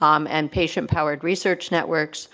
um and patient powered research networks.